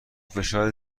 فشار